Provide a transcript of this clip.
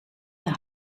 een